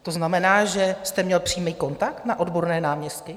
To znamená, že jste měl přímý kontakt na odborné náměstky?